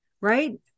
right